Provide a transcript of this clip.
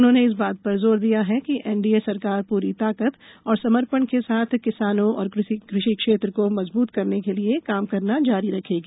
उन्होंने इस बात पर जोर दिया कि एनडीए सरकार पूरी ताकत और समर्पण के साथ किसानों और कृषि क्षेत्र को मजबूत करने के लिए काम करना जारी रखेगी